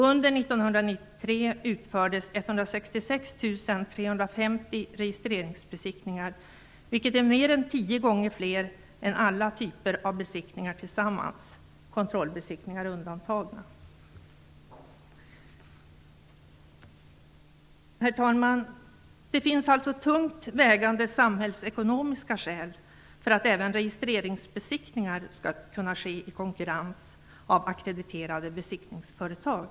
Under 1993 utfördes 166 350 registreringsbesiktningar, vilket är mer än tio gånger fler än alla andra typer av besiktningar tillsammans. Då är alltså kontrollbesiktningar undantagna. Herr talman! Det finns alltså tungt vägande samhällsekonomiska skäl för att även registreringsbesiktningar skall kunna ske i konkurrens, av ackrediterade besiktningsföretag.